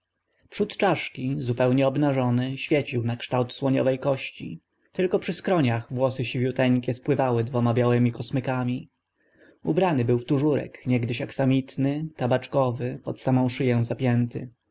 przód czaszki zupełnie obnażony świecił na kształt słoniowe kości tylko przy skroniach włosy siwiuteńkie spływały dwoma białymi kosmykami ubrany był w tużurek niegdyś aksamitny tabaczkowy pod samą szy ą zapięty